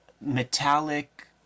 metallic